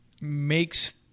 Makes